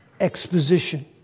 Exposition